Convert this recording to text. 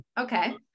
Okay